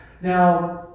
now